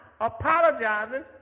apologizing